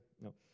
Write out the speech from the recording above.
No